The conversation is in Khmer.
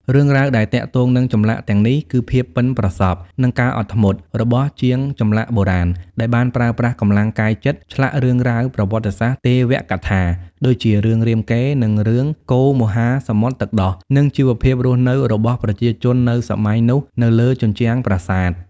រឿងរ៉ាវដែលទាក់ទងនឹងចម្លាក់ទាំងនេះគឺភាពប៉ិនប្រសប់ និងការអត់ធ្មត់ របស់ជាងចម្លាក់បុរាណ ដែលបានប្រើប្រាស់កម្លាំងកាយចិត្តឆ្លាក់រឿងរ៉ាវប្រវត្តិសាស្ត្រ ទេវកថា ដូចជារឿងរាមកេរ្តិ៍ រឿងកូរមហាសមុទ្រទឹកដោះ និងជីវភាពរស់នៅរបស់ប្រជាជននៅសម័យនោះនៅលើជញ្ជាំងប្រាសាទ។